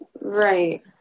Right